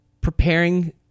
preparing